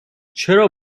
چرا